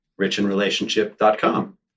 richinrelationship.com